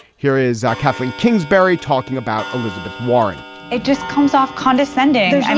here is kathleen kingsbury talking about elizabeth warren it just comes off condescending. and